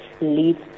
leads